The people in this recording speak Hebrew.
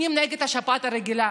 בחיסונים נגד השפעת הרגילה,